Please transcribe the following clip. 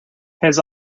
his